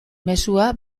mezua